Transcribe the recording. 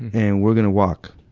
and we're gonna walk,